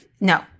No